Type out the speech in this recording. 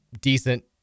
decent